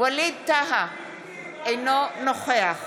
ווליד טאהא, אינו נוכח